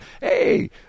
Hey